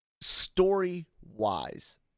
story-wise